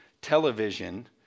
television